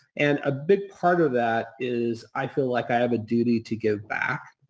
and a big part of that is i feel like i have a duty to give back.